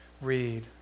read